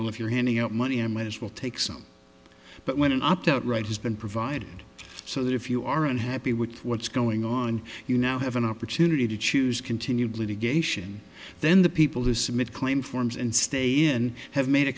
well if you're handing out money i might as well take some but when an opt out right has been provided so that if you are unhappy with what's going on you now have an opportunity to choose continued litigation then the people who submit claim forms and stay in have made a